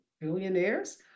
billionaires